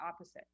opposite